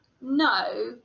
No